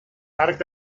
arc